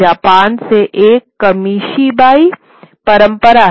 Japan से यह कामीशिबाई परंपरा है